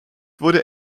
wurde